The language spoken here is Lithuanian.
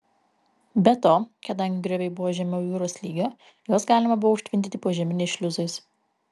be to kadangi grioviai buvo žemiau jūros lygio juos galima buvo užtvindyti požeminiais šliuzais